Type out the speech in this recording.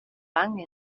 fang